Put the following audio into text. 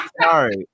Sorry